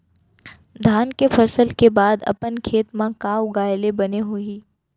धान के फसल के बाद अपन खेत मा का उगाए ले बने होही?